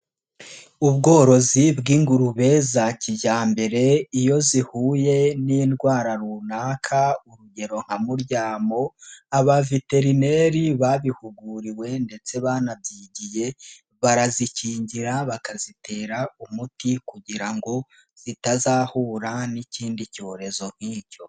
Ubworozi bw'ingurube za kijyambere iyo zihuye n'indwara runaka urugero nka muryamo, abaveterineri babihuguriwe ndetse banabyigiye barazikingira bakazitera umuti kugira ngo zitazahura n'ikindi cyorezo nk'icyo.